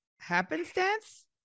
happenstance